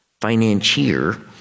financier